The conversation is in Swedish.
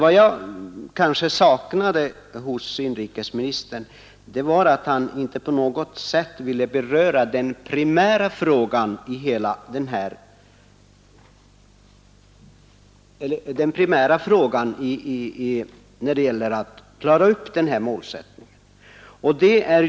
Vad jag saknade hos inrikesministern var emellertid att han inte på något sätt ville beröra den primära frågan, nämligen målsättningen.